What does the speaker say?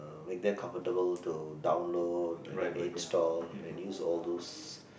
make them comfortable to download and then install and use all those